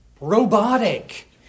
robotic